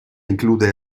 include